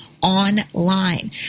online